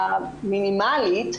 המינימלית,